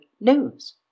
news